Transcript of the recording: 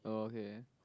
oh okay